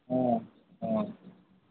অ অ